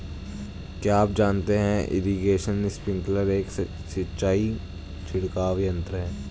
क्या आप जानते है इरीगेशन स्पिंकलर एक सिंचाई छिड़काव यंत्र है?